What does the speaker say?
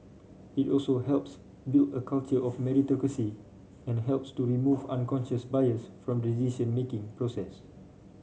it also helps build a culture of meritocracy and helps to remove unconscious bias from decision making process